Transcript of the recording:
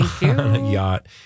yacht